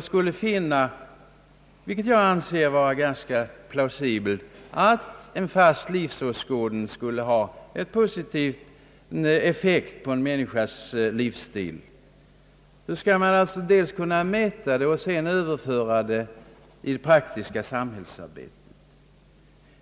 skulle finna — vilket jag anser vara ganska plausibelt — att en fast livsåskådning skulle ha en positiv effekt på en människas livsstil? Hur skall man kunna mäta detta och sedan överföra det i praktiskt samhällsarbete?